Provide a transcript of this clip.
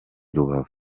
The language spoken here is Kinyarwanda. rubavu